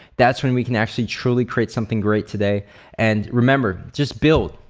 that's when we can actually truly create something great today and remember just build,